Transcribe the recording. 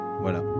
Voilà